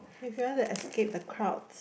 if you want to escape the crowds